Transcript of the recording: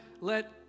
let